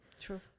true